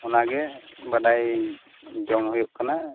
ᱚᱱᱟ ᱜᱮ ᱵᱟᱰᱟᱭ ᱡᱚᱝ ᱦᱳᱭᱳᱜ ᱠᱟᱱᱟ